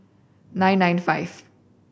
nine nine five